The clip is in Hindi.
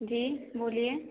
जी बोलिए